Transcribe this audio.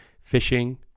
fishing